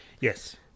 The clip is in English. yes